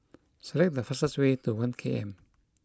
select the fastest way to One K M